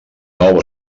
nou